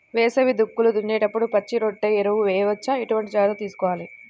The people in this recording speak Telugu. వేసవి దుక్కులు దున్నేప్పుడు పచ్చిరొట్ట ఎరువు వేయవచ్చా? ఎటువంటి జాగ్రత్తలు తీసుకోవాలి?